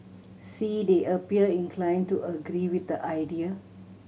see they appear inclined to agree with the idea